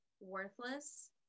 worthless